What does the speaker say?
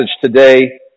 today